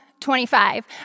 25